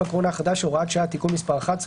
הקורונה החדש (הוראת שעה) (תיקון מס' 11),